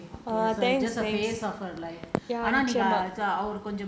err everything will be okay it's just a phase of err life